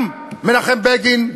גם מנחם בגין,